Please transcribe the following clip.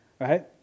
Right